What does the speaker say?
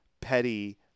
petty